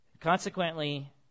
Consequently